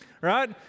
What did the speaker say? right